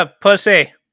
pussy